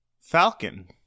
Falcon